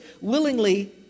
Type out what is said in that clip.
willingly